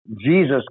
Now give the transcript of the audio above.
Jesus